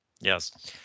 Yes